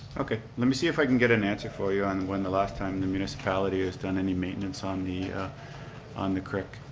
okay, let me see if i can get an answer for you on when the last time the municipality has done any maintenance on the on the crick.